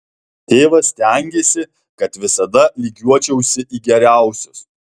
tėvas stengėsi kad visada lygiuočiausi į geriausius